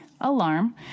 alarm